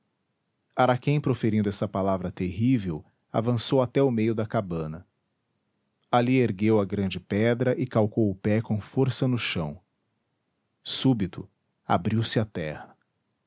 profundeza araquém proferindo essa palavra terrível avançou até o meio da cabana ali ergueu a grande pedra e calcou o pé com força no chão súbito abriu-se a terra